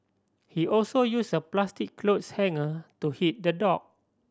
he also use a plastic clothes hanger to hit the dog